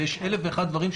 ויש אלף ואחד דברים,